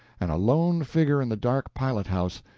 and a lone figure in the dark pilot-house,